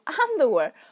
underwear